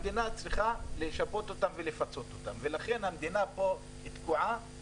המדינה צריכה לשפות אותם ולפצות אותם ולכן המדינה פה תקועה,